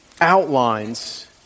outlines